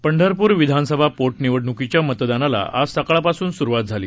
पंढरपूर विधानसभा पोटनिवडणुकीच्या मतदानाला आज सकाळपासून सुरुवात झाली